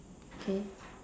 okay